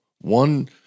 one